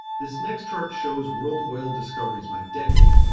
this next chart shows world oil discoveries by decade,